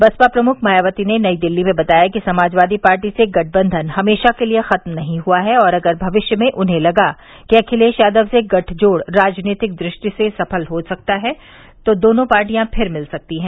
बसपा प्रमुख मायावती ने नई दिल्ली में बताया कि समाजवादी पार्टी से गठबंधन हमेशा के लिए खत्म नहीं हुआ है और अगर भविष्य में उन्हें लगा कि अखिलेश यादव से गठजोड़ राजनीतिक दृष्टि से सफल हो सकता है तो दोनों पार्टियां फिर मिल सकती हैं